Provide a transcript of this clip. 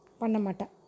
panamata